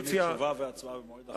ממילא תשובה והצבעה במועד אחר,